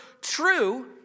true